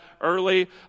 early